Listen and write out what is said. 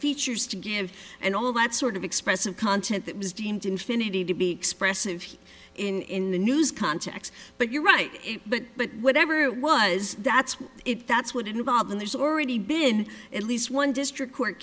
features to give and all that sort of expressive content that was deemed infiniti to be expressive in the news context but you're right but but whatever it was that's what it that's what it involved in there's already been at least one district court